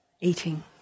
eating